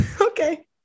okay